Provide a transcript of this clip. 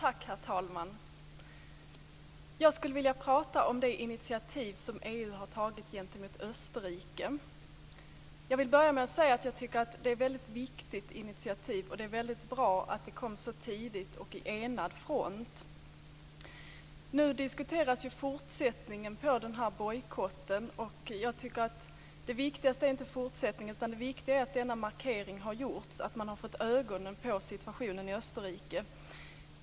Herr talman! Jag skulle vilja prata om det initiativ EU har tagit gentemot Österrike. Jag vill börja med att säga att jag tycker att det är ett väldigt viktigt initiativ och att det är bra att det kom så tidigt och i enad front. Nu diskuteras ju fortsättningen på bojkotten. Jag tycker att det viktigaste inte är fortsättningen, utan det viktiga är att denna markering har gjorts och att man har fått upp ögonen för situationen i Österrike.